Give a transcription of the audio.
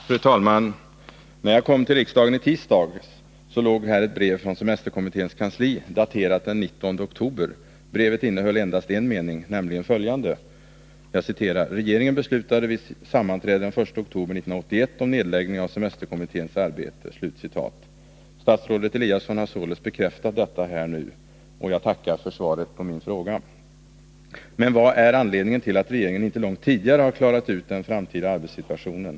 Fru talman! När jag kom till riksdagen i tisdags låg här ett brev från semesterkommitténs kansli, daterat den 19 oktober. Brevet innehöll endast en mening, nämligen följande: Statsrådet Eliasson har således bekräftat detta här och nu, och jag tackar för svaret på min fråga. Men vad är anledningen till att regeringen inte långt tidigare har klarat ut den framtida arbetssituationen?